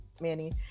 manny